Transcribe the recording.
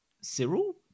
Cyril